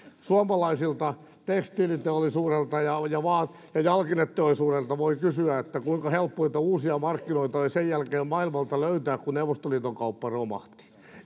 suomalaiselta tekstiiliteollisuudelta ja jalkineteollisuudelta voi kysyä kuinka helppo niitä uusia markkinoita oli sen jälkeen maailmalta löytää kun neuvostoliiton kauppa romahti